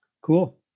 Cool